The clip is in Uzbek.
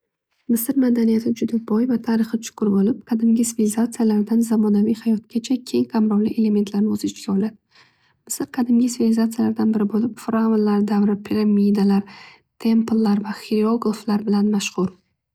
Misr madaniyati juda boy va chuqur bo'lib qadimgi svilizatsiyalardan zamonaviy hayotgacha keng qamrovli elementlarni o'z ichiga oladi. Misr qadimgi svilizatsiyalardan biri bo'lib fravnlar davri piramidalar, templlar va xiriograflar bilan mavjud.